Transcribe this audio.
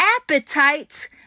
Appetites